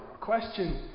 question